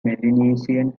melanesian